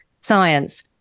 science